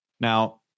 Now